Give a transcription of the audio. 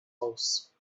house